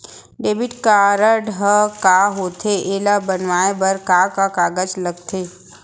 Debit card ह का होथे एला बनवाए बर का का कागज लगथे?